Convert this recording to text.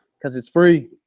because it's free.